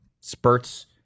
spurts